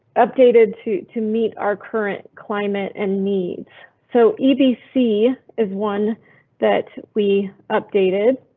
updated to to meet our current climate an needs so ebc is one that we updated.